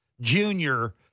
junior